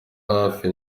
hafi